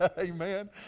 Amen